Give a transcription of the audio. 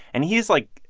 and he is, like,